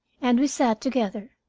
and we sat together,